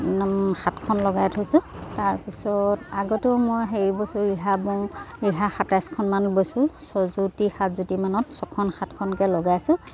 সাতখন লগাই থৈছোঁ তাৰপিছত আগতেও মই হেৰি বৈছোঁ ৰিহা বওঁ ৰিহা সাতাইছখনমান বৈছোঁ চজোটি সাতজোটিমানত ছখন সাতখনকৈ লগাইছোঁ